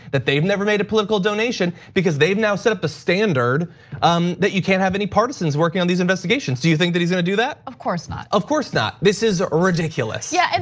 that they've never made a political donation, because they've now set up a standard um that you can't have any partisans working on these investigations. do you think that he's got to do that? of course, not. of course not, this is ridiculous. yeah, and